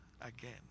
again